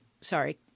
Sorry